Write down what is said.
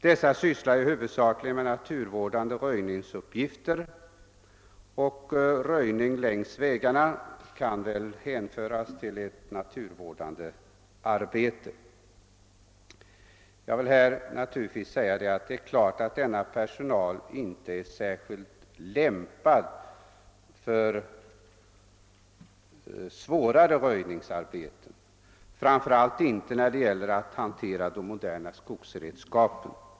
Dessa sysslar ju huvudsakligen med naturvårdande röjningsuppgifter, och röjning längs vägarna kan väl hänföras till naturvårdande arbete. — Jag är angelägen om att framhålla att denna personal inte är särskilt lämpad för svårare röjningsarbeten, framför allt inte när det gäller att hantera de moderna skogsredskapen.